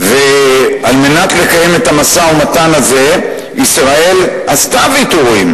וכדי לקיים את המשא-ומתן הזה ישראל עשתה ויתורים